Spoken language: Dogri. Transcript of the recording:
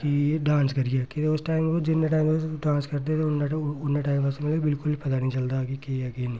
कि डांस करियै कि उस टैम जिन्ना टैम तुस डांस करदे ते उ'न्ना टैम उ'न्ना टैम बिलकुल पता नी चलदा कि केह् ऐ केह् नी